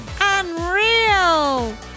Unreal